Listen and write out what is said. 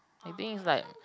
I think is like